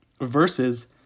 versus